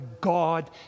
God